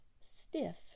stiff